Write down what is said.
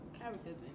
characters